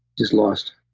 just lost.